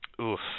Oof